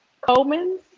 Coleman's